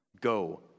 go